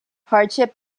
hardship